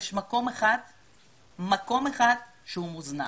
יש מקום אחד שהוא מוזנח,